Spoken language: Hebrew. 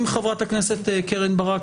אם חברת הכנסת קרן ברק,